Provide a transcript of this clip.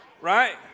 right